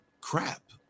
Crap